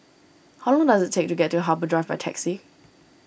how long does it take to get to Harbour Drive by taxi